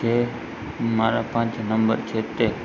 કે મારા પાંચ નંબર છે તે